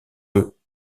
eux